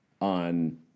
on